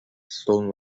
stone